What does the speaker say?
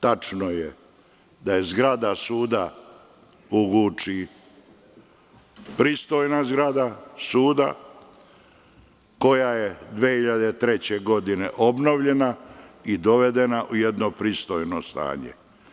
Tačno je da je zgrada suda u Guči pristojna zgrada, koja je 2003. godine objavljena i dovedena u jedno pristojno stanje.